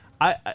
I-